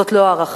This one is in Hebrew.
זאת לא הערכה,